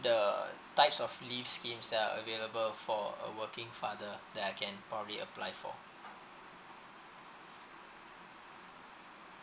the types of leave scheme that're available for a working father that I can probably apply for